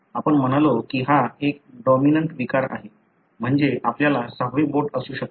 आपण म्हणालो की हा एक डॉमिनंट विकार आहे म्हणजे आपल्याला सहावे बोट असू शकते